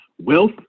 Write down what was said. Wealth